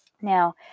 Now